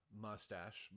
mustache